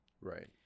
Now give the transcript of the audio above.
Right